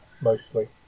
mostly